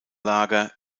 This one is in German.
lager